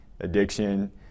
addiction